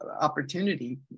opportunity